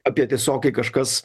apie tiesiog kai kažkas